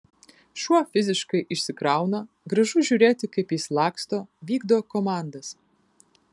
šuo fiziškai išsikrauna gražu žiūrėti kaip jis laksto vykdo komandas